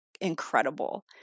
incredible